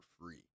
free